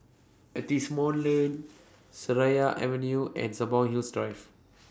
Lane Seraya Avenue and Hills Drive